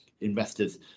investors